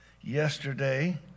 yesterday